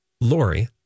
Lori